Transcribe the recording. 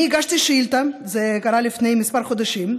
אני הגשתי שאילתה זה קרה לפני כמה חודשים,